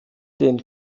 den